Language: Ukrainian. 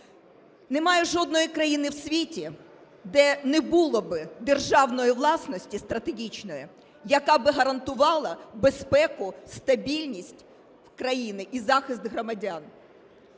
Немає жодної країни в світі, де не було би державної власності стратегічної, яка би гарантувала безпеку, стабільність країни і захист громадян.